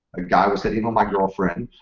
a guy was hitting on my girlfriend.